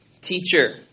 teacher